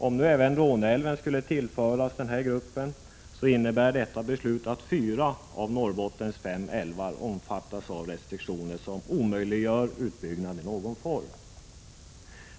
Om nu även Råneälven skulle tillföras denna grupp, skulle detta komma att innebära att fyra av Norrbottens fem älvar omfattas av restriktioner som omöjliggör utbyggnad i någon form.